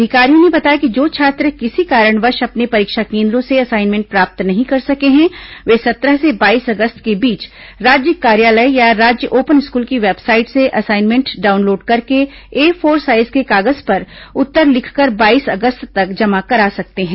अधिकारियों ने बताया कि जो छात्र किसी कारणवश अपने परीक्षा केन्द्रों से असाइनमेंट प्राप्त नहीं कर सके हैं वे सत्रह से बाईस अगस्त के बीच राज्य कार्यालय या राज्य ओपन स्कूल की वेबसाइट से असाइनमेंट डाउनलोड करके ए फोर साइज के कागज पर उत्तर लिखकर बाईस अगस्त तक जमा करा सकते हैं